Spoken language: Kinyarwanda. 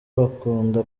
bakunda